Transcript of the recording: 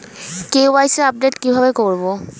KYC update কি ভাবে করবো?